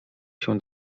się